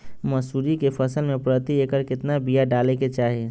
मसूरी के फसल में प्रति एकड़ केतना बिया डाले के चाही?